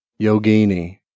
Yogini